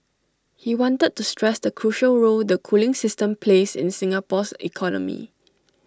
he wanted to stress the crucial role the cooling system plays in Singapore's economy